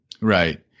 Right